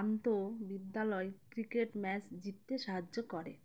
আন্ত বিদ্যালয় cricket match জিততে সাহায্য করে